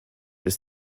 ist